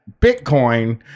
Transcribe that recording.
Bitcoin